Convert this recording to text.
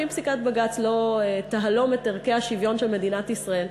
אם פסיקת בג"ץ לא תהלום את ערכי השוויון של מדינת ישראל,